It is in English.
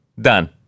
Done